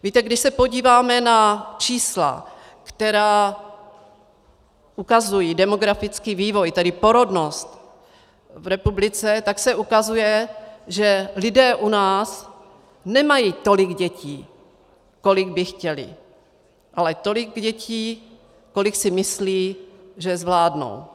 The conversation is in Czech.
Víte, když se podíváme na čísla, která ukazují demografický vývoj, tedy porodnost v republice, tak se ukazuje, že lidé u nás nemají tolik dětí, kolik by chtěli, ale tolik dětí, kolik si myslí, že zvládnou.